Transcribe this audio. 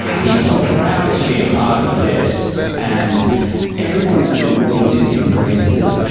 people are proud to be a part of this and everyone's ready to embrace this.